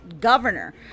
governor